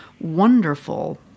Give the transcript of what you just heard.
wonderful